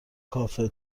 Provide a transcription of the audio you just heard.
کافه